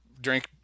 drink